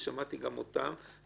ושמעתי גם אותם,